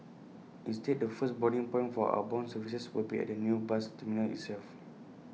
instead the first boarding point for outbound services will be at the new bus terminal itself